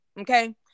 Okay